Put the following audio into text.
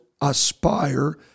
aspire